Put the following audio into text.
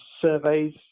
surveys